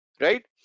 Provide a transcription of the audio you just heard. right